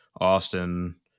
Austin